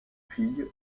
fille